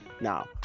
Now